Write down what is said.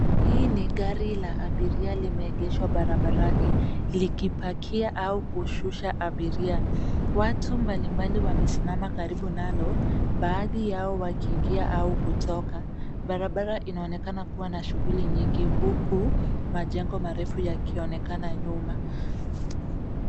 Hii ni gari la abiria limeegeshwa barabarani likipakia au kushusha abiria. Watu mbalimbali wamesimama karibu nalo baadhi yao wakiingia au kutoka. Barabara inaonekana kuwa na shuguli nyingi huku majengo marefu yakionekana nyuma.